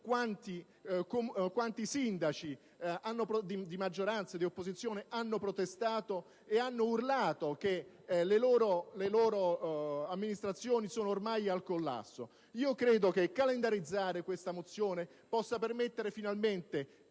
molti sindaci, di maggioranza e opposizione, hanno protestato e urlato che le loro amministrazioni sono ormai al collasso. Credo che calendarizzare questa mozione possa permettere finalmente